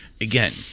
again